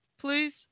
please